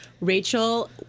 Rachel